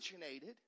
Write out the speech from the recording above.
originated